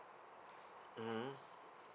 mmhmm